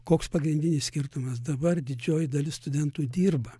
koks pagrindinis skirtumas dabar didžioji dalis studentų dirba